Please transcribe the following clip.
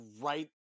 right